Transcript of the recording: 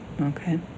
Okay